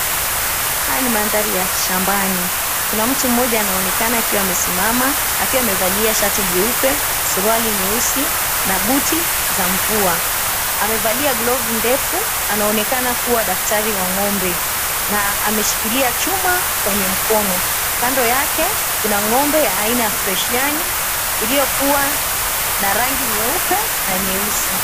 Haya ni mandhari ya shambani . Kuna mtu mmoja akiwa amesimama, akiwa amevalia shati jeupe, suruali nyeusi na buti za mvua. Amevalia glovu ndefu, kuwa daktari wa ng'ombe, na ameshikilia chuma kwenye mkono. Kando yake kuna ng'ombe aina ya Freshiani iliyokuwa na rangi nyeupe na nyeusi.